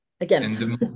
again